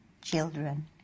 children